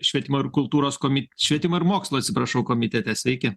švietimo ir kultūros komitete švietimo ir mokslo atsiprašau komitete sveiki